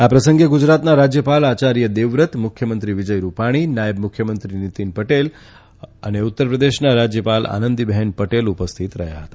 આ પ્રસંગે ગુજરાતના રાજ્યપાલ આયાર્ય દેવવ્રત મુખ્યમંત્રી વિજય રૂપાણી નાયબ મુખ્યમંત્રી નીતિન પટેલ ઉત્તરપ્રદેશના રાજ્યપાલ આનંદીબેન પટેલ ઉપહ્ય્થત રહ્યા હતા